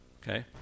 okay